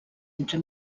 entre